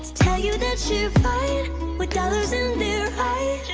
tell you that you're fine with dollars in their